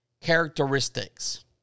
characteristics